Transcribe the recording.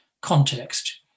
context